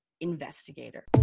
investigator